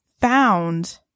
found